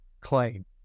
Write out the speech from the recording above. claim